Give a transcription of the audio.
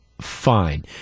fine